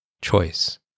Choice